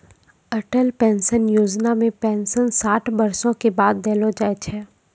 Atal pension योजना मे pension साठ बरसो के बाद देलो जाय छै